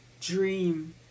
dream